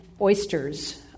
oysters